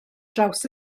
draws